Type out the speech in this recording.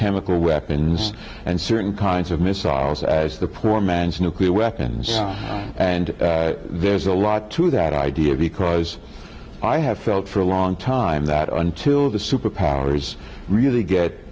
chemical weapons and certain kinds of missiles as the poor man's nuclear weapons and there's a lot to that idea because i have felt for a long time that until the superpowers really get